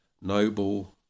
noble